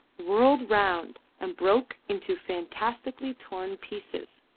whirled round and broke into fantastically torn pieces,